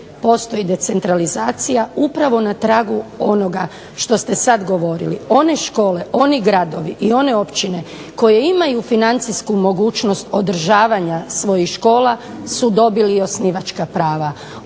Postoji decentralizacija upravo na tragu onoga što ste sada govorili. One škole, oni gradovi i one općine koje imaju financijsku mogućnost održavanja svojih škola su dobili osnivačka prava.